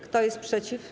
Kto jest przeciw?